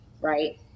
right